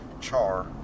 char